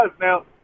Now